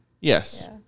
Yes